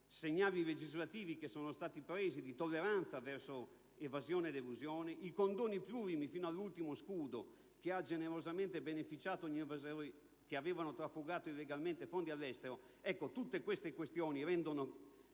segnali legislativi che sono stati dati di tolleranza verso l'evasione e l'elusione, di condoni plurimi fino all'ultimo scudo che ha generosamente beneficiato gli evasori che avevano trafugato illegalmente fondi all'estero. Tuttavia, ben vengano